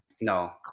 No